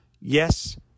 Yes